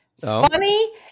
Funny